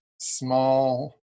small